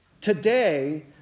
Today